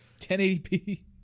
1080p